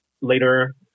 later